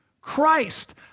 Christ